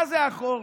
מה זה החור?